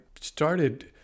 started